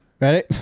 Ready